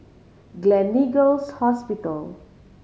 Gleneagles Hospital